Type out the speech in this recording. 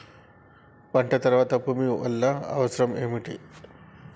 పంట తర్వాత భూమి వల్ల అవసరం ఏమిటి?